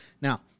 Now